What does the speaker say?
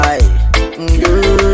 Girl